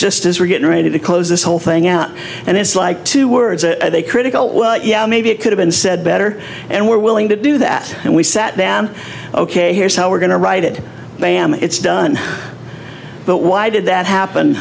just as we're getting ready to close this whole thing out and it's like two words at a critical yeah maybe it could have been said better and we're willing to do that and we sat down ok here's how we're going to write it bam it's done but why did that happen